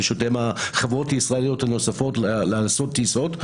פשוט הן החברות הישראליות הנוספות לעשות טיסות.